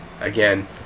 Again